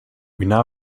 now